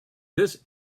this